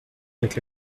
avec